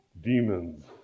demons